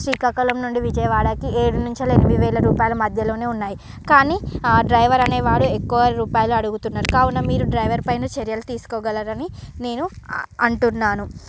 శ్రీకాకుళం నుండి విజయవాడకి ఏడు నుంచి ఎనిమిది వేల రూపాయల మధ్యలోనే ఉన్నాయి కానీ ఆ డ్రైవర్ అనే వాడు ఎక్కువ రూపాయలు అడుగుతున్నారు కావున మీరు డ్రైవర్ పైన చర్యలు తీసుకోగలరని నేను అంటున్నాను